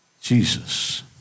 Jesus